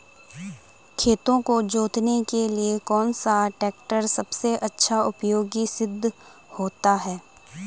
खेतों को जोतने के लिए कौन सा टैक्टर सबसे अच्छा उपयोगी सिद्ध हुआ है?